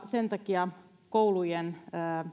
sen takia koulujen